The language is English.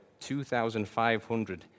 2,500